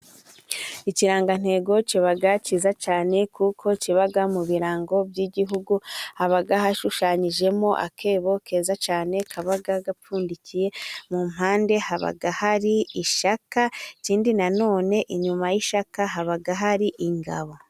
Ikirangantego kiba cyiza cyane, kuko kiba mu birango by'igihugu. Haba hashushanyijemo akebo keza cyane kaba gapfundikiye mu mpande haba hari ishaka ikindi na none inyuma y'ishaka haba hari ingabo.